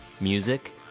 Music